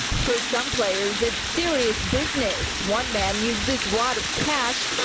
for some players, it's serious business. one man used this wad of cash.